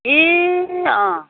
ए अँ